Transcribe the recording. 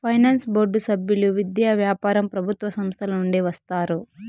finance board సభ్యులు విద్య, వ్యాపారం ప్రభుత్వ సంస్థల నుండి వస్తారు